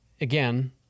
again